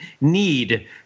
need